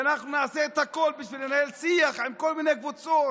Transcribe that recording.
ואנחנו נעשה הכול בשביל לנהל שיח עם כל מיני קבוצות